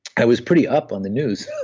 i was pretty up on the news.